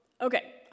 okay